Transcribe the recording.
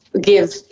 give